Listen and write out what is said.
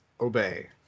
obey